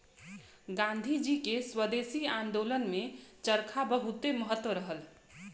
गांधी जी के स्वदेशी आन्दोलन में चरखा बहुते महत्व रहल